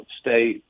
state